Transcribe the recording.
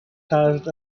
caused